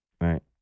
Right